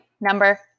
number